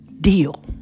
deal